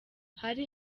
hari